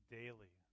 daily